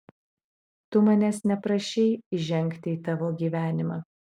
tu manęs neprašei įžengti į tavo gyvenimą